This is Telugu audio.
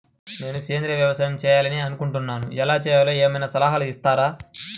నేను సేంద్రియ వ్యవసాయం చేయాలి అని అనుకుంటున్నాను, ఎలా చేయాలో ఏమయినా సలహాలు ఇస్తారా?